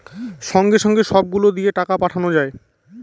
সঙ্গে সঙ্গে সব গুলো দিয়ে টাকা পাঠানো যায়